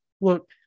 Look